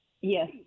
yes